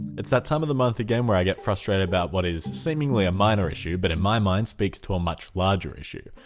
it's that time of the month again where i get frustrated about what is seemingly a minor issue but in my mind speaks to ah a larger issue.